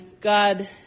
God